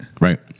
Right